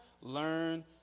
learn